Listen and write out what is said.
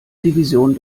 division